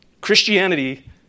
Christianity